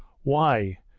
why,